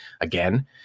again